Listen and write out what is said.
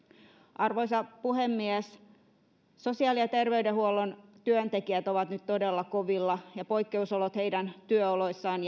arvoisa puhemies sosiaali ja terveydenhuollon työntekijät ovat nyt todella kovilla ja poikkeusolot heidän työoloissaan